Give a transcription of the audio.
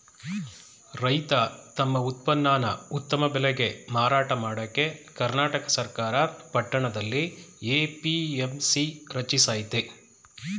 ರೈತ ತಮ್ ಉತ್ಪನ್ನನ ಉತ್ತಮ ಬೆಲೆಗೆ ಮಾರಾಟ ಮಾಡಕೆ ಕರ್ನಾಟಕ ಸರ್ಕಾರ ಪಟ್ಟಣದಲ್ಲಿ ಎ.ಪಿ.ಎಂ.ಸಿ ರಚಿಸಯ್ತೆ